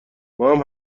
ماهم